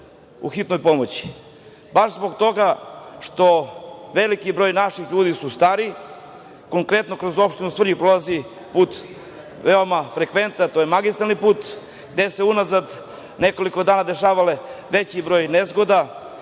u hitnoj pomoći, baš zbog toga što je veliki broj naših ljudi star. Konkretno, kroz opštinu Svrljig prolazi put veoma frekventan, to je magistralni put, gde su se unazad nekoliko dana dešavalo veći broj nezgoda,